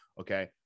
okay